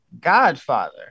Godfather